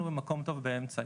אנחנו במקום טוב באמצע,